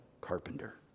carpenter